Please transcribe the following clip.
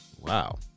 Wow